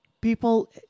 people